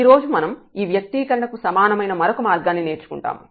ఈరోజు మనం ఈ వ్యక్తీకరణకు సమానమైన మరొక మార్గాన్ని నేర్చుకుంటాము